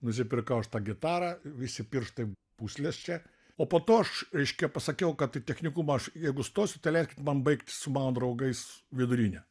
nusipirkau aš tą gitarą visi pirštai pūslės čia o po to aš reiškia pasakiau kad į technikumą aš jeigu stosiu tai leiskit man baigt su mano draugais vidurinę